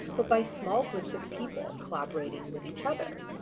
but by small groups of people collaborating with each other.